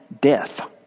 death